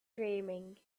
dreaming